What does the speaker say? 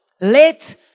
Let